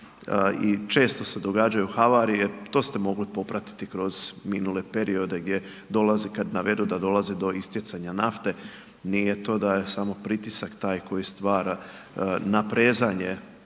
i često se događaju havarije, to ste mogli popratiti kroz minule periode gdje dolazi, kad navedu da dolazi do istjecanja nafte, nije to da je samo pritisak taj koji stvara naprezanje